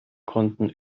konnten